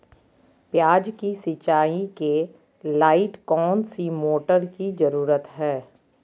प्याज की सिंचाई के लाइट कौन सी मोटर की जरूरत है?